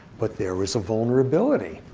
but there is a vulnerability.